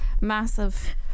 massive